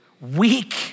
weak